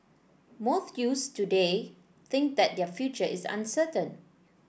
most youths today think that their future is uncertain